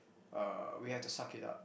uh we have to suck it up